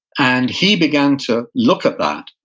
and he began to look at that,